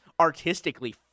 artistically